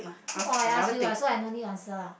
eh oh I ask you !huh! so I no need answer lah